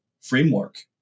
framework